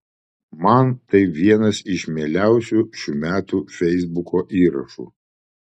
man tai vienas iš mieliausių šių metų feisbuko įrašų